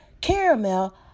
caramel